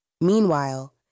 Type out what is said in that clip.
Meanwhile